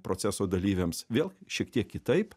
proceso dalyviams vėl šiek tiek kitaip